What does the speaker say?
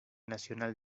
nacional